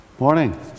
Morning